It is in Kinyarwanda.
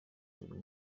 buri